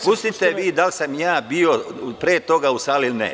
Pustite vi da li sam ja bio pre toga u sali ili ne.